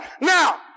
now